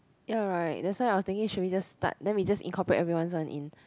ya right that's why I was thinking should we just start then we just incorporate everyone's one in